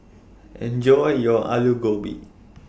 Enjoy your Alu Gobi